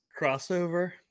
Crossover